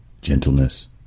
gentleness